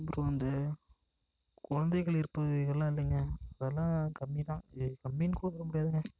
அப்புறம் அந்த குழந்தைகள் இறப்பு இதெல்லாம் இல்லைங்க அதெல்லாம் கம்மிதான் அது கம்மின்னு கூட சொல்ல முடியாதுங்க